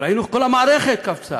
ראינו איך כל המערכת קפצה.